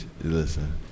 Listen